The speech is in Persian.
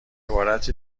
عبارت